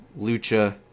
lucha